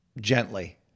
gently